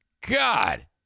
God